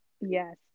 yes